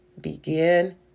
Begin